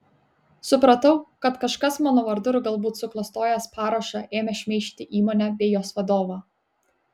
supratau kad kažkas mano vardu ir galbūt suklastojęs parašą ėmė šmeižti įmonę bei jos vadovą